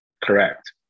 Correct